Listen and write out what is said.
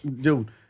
dude